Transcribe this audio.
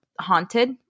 haunted